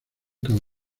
cada